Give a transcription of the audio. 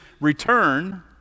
return